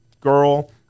girl